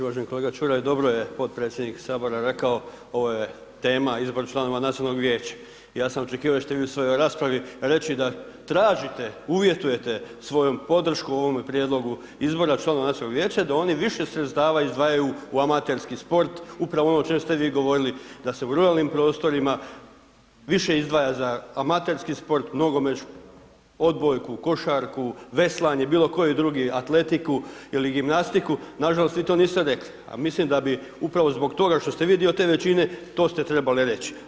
Uvaženi kolega Čuraj, dobro je potpredsjednik Sabora rekao, ovo je tema, izbor članova Nacionalnog vijeća, ja sam očekivao da ćete vi u svojoj raspravi reći da tražite, uvjetujete svojom podrškom u ovom prijedlogu izbora članova Nacionalnog vijeća da oni više sredstava izdvajaju u amaterski sport, upravo ono o čem ste vi govorili, da se u ruralnim prostorima više izdvaja za amaterski sport, nogomet, odbojku, košarku, veslanje, bilokoji drugi, atletiku ili gimnastiku, nažalost, vi to niste rekli a mislim da bi upravo zbog toga što ste vi dio te većine, to ste trebali reći.